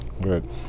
Good